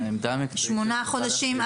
שמונה חודשים --- העמדה המקצועית של משרד החינוך